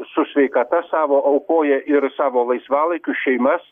su sveikata savo aukoja ir savo laisvalaikius šeimas